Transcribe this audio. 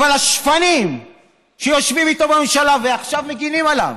אבל השפנים שיושבים איתו בממשלה ועכשיו מגינים עליו